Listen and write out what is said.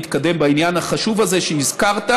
להתקדם בעניין החשוב הזה שהזכרת.